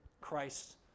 Christ